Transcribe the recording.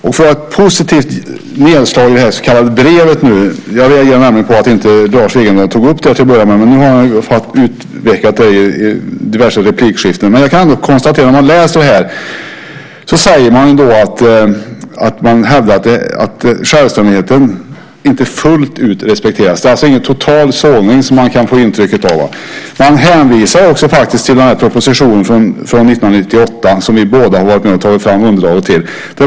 För att få ett positivt nedslag i det så kallade brevet nu - jag reagerade på att Lars Wegendal inte tog upp det till att börja med, men nu har han utvecklat det i diverse replikskiften - kan man konstatera att där hävdas att självständigheten inte fullt ut respekteras. Det är alltså inte en total sågning, som man kan få intrycket av. Man hänvisar faktiskt till propositionen från 1998 som vi båda har varit med och tagit fram underlaget till.